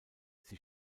sie